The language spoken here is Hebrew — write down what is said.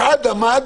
אחד עמד